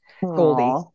Goldie